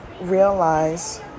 realize